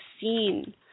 seen